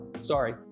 Sorry